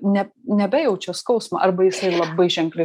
ne nebejaučia skausmo arba jisai labai ženkliai